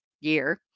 year